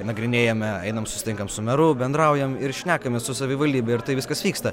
nagrinėjame einam susitinkam su meru bendraujam ir šnekamės su savivaldybe ir taip viskas vyksta